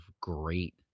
great